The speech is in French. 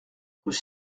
rue